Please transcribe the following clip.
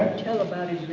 tell about